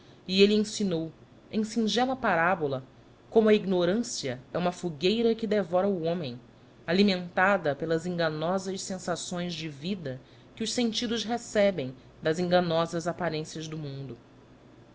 e ele ensinou em singela parábola como a ignorância é uma fogueira que devora o homem alimentada pelas enganosas sensações de vida que os sentidos recebem das enganosas aparências do mundo